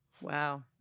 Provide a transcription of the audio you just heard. Wow